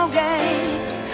games